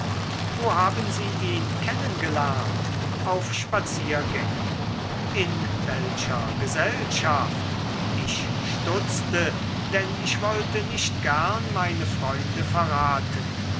wo haben sie ihn kennen gelernt auf spaziergängen in welcher gesellschaft ich stutzte denn ich wollte nicht gern meine freunde verraten